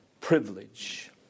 privilege